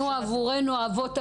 שבנו עבורנו אבות אבותינו.